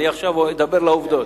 עכשיו אני אדבר על העובדות.